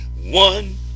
one